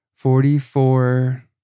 Forty-four